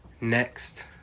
Next